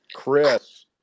Chris